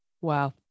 Wow